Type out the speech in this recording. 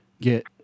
get